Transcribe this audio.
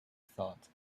thought